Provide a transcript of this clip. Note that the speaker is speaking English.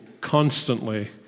constantly